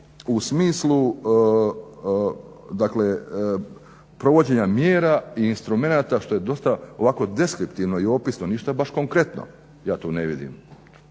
u smislu dakle provođenja mjera i instrumenata što je dosta ovako deskriptivno i opisno ništa baš konkretno ja tu ne vidim.